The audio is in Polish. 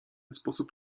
sposób